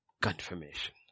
confirmation